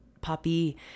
puppy